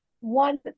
one